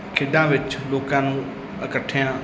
ਖੇਡਾਂ ਵਿੱਚ ਲੋਕਾਂ ਨੂੰ ਇਕੱਠਿਆਂ